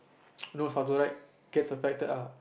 knows how to ride gets affected ah